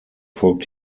folgt